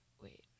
wait